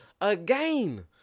again